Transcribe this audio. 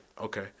Okay